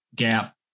gap